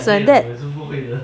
like that